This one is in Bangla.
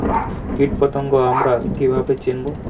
কীটপতঙ্গ আমরা কীভাবে চিনব?